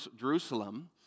Jerusalem